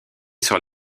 sur